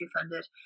funded